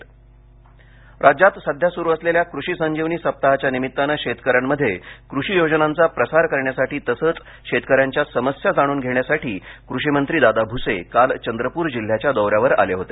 कृषी मंत्री राज्यात सध्या सुरू असलेल्या कृषी संजीवनी सप्ताहाच्या निमित्तानं शेतकऱ्यांमध्ये कृषी योजनांचा प्रसार करण्यासाठी तसंच शेतकाऱ्यांच्या समस्यां जाणून घेण्यासाठी कृषिमंत्री दादा भुसे काल चंद्रपूर जिल्ह्याच्या दौऱ्यावर आले होते